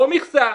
-- או מכסה.